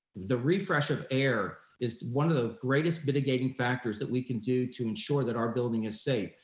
the refresh of air is one of the greatest mitigating factors that we can do to ensure that our building is safe,